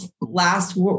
last